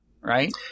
right